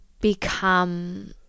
become